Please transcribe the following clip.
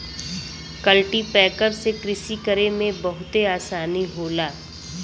cultipacker से कृषि करे में बहुते आसानी होला